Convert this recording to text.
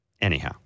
Anyhow